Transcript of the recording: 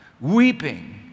weeping